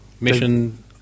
Mission